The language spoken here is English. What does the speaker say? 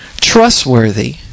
trustworthy